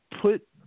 put